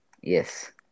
yes